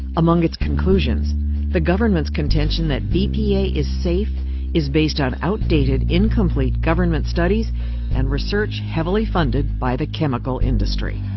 among its conclusions the government's contention that bpa is safe is based on outdated, incomplete government studies and research heavily funded by the chemical industry.